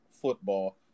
football